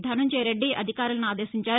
ధనంజయ రెద్ది అధికారులను ఆదేశించారు